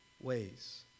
ways